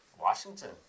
Washington